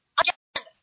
again